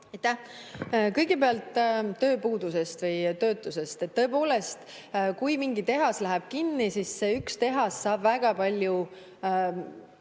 Kõigepealt tööpuudusest või töötusest. Tõepoolest, kui mingi tehas läheb kinni, siis see üks tehas saab väga palju